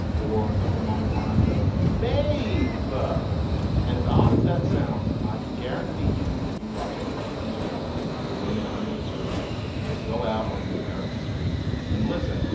or something along the lines of babe-uh but and as odd as that sounds, i can guarantee you if you watch any tv show with women under a certain age or if you just go out on an american street and listen,